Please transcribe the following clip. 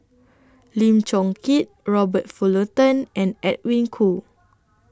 Lim Chong Keat Robert Fullerton and Edwin Koo